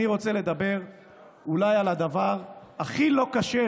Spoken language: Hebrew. אני רוצה לדבר על הדבר שהוא אולי הכי לא כשר